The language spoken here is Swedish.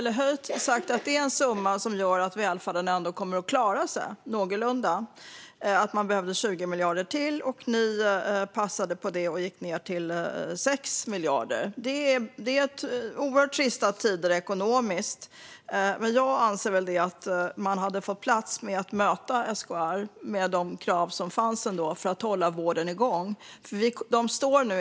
De sa att det är en summa som skulle göra att välfärden ändå kommer att klara sig någorlunda och att det var vad de behövde. Men ni passade på det och gick ned till 6 miljarder, Johan Hultberg. Det är oerhört trista tider ekonomiskt, men jag anser att man skulle ha haft plats för att möta SKR och deras krav för att hålla vården igång.